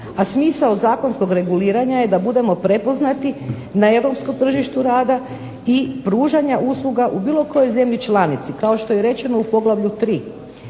a smisao zakonskog reguliranja je da budemo prepoznati na Europskom tržištu rada i pružanja usluga u bilo kojoj zemlji članici kao što je rečeno u poglavlju 2.